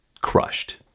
crushed